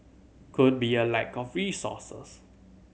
could be a lack of resources